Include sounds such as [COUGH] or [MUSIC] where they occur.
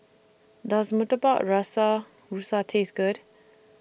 Does Murtabak [UNINTELLIGIBLE] Rusa Taste Good